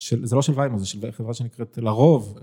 של ... של זה לא של ויינור זה של חברה שנקראת לרוב